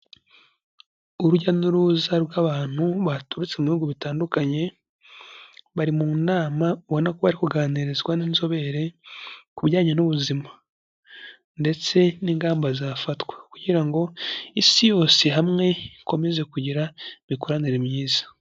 Urujya n'uruza rw'abantu baturutse mu bihugu bitandukanye, bari mu nama ubona ko bari kuganirizwa n'inzobere ku bijyanye n'ubuzima ndetse n'ingamba zafatwa kugira ngo isi yose hamwe ikomeze kugira imikoranire myiza.